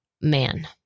Man